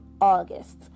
August